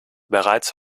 bereits